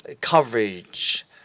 coverage